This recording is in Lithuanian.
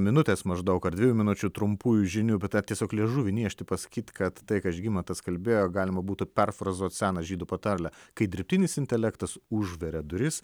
minutės maždaug ar dviejų minučių trumpųjų žinių bet tą tiesiog liežuvį niežti pasakyt kad tai ką žygimantas kalbėjo galima būtų perfrazuot seną žydų patarlę kai dirbtinis intelektas užveria duris